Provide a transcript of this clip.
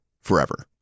forever